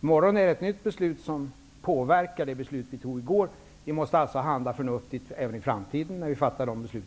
morgon kommer ett nytt beslut, och det påverkar det beslut som vi fattade i går. Vi måste alltså handla förnuftigt även i framtiden när vi fattar beslut.